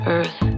Earth